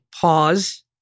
pause